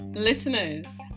Listeners